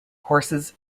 horses